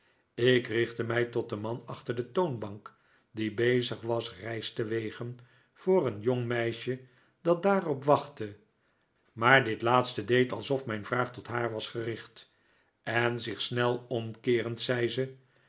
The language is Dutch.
ik richtte mij tot den man achter de toonbank die bezig was rijst te wegen voor een jong meisje dat daarop wachtte maar dit laatste deed alsof mijn vraag tot haar was gericht en zich snel omkeerend zei ze